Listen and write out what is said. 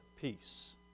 peace